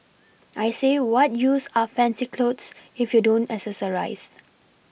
I say what use are fancy clothes if you don't accessorise